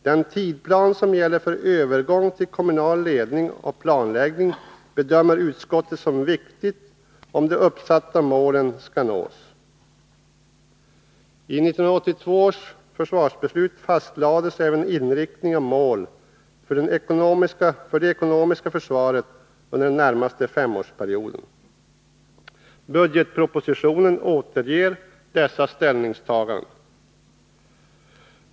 Den tidsplan som gäller för övergång till kommunal ledning och planläggning bedömer utskottet som viktig, om de uppsatta målen skall nås. I 1982 års försvarsbeslut fastlades även inriktning och mål för det ekonomiska försvaret under den närmaste femårsperioden. Budgetpropositionen återger dessa ställningstaganden.